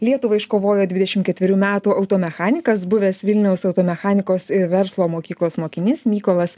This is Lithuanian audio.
lietuvai iškovojo dvidešim ketverių metų automechanikas buvęs vilniaus automechanikos ir verslo mokyklos mokinys mykolas